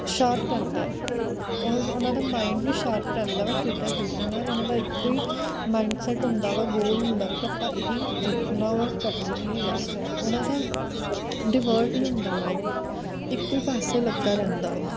sharp ਰਹਿੰਦਾ ਹੈ ਔਰ ਉਨ੍ਹਾਂ ਦਾ ਮਾਈਂਡ ਵੀ ਸ਼ਾਰਪ ਰਹਿੰਦਾ ਵਾ ਖੇਡਾਂ ਖੇਡਣ ਨਾਲ ਉਨ੍ਹਾਂ ਦਾ ਇੱਕੋ ਹੀ ਮਾਈਂਡ ਸੈੱਟ ਹੁੰਦਾ ਵਾ ਗੋਲ ਹੁੰਦਾ ਵਾ ਕਿ ਆਪਾਂ ਇਹ ਹੀ ਜਿੱਤਣਾ ਔਰ ਕਰਨਾ ਹੀ ਆ ਉਨ੍ਹਾਂ ਦਾ ਡਿਵਰਟ ਨਹੀਂ ਹੁੰਦਾ ਮਾਈਂਡ ਇੱਕੋਂ ਹੀ ਪਾਸੇ ਲੱਗਿਆ ਰਹਿੰਦਾ ਵਾ